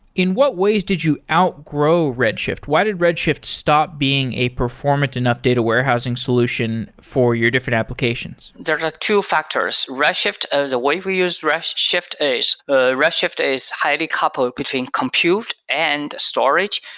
in what ways did you outgrow red shift? why did red shift stopped being a performant enough data warehousing solution for your different applications. there are like two factors. red shift as a way we use red shift, is ah red shift is highly coupled between compute and storage.